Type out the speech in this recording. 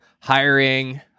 hiring